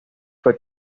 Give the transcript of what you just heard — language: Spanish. fue